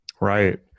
Right